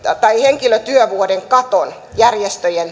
henkilötyövuoden katon järjestöjen